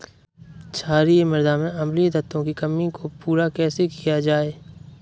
क्षारीए मृदा में अम्लीय तत्वों की कमी को पूरा कैसे किया जाए?